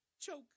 Choke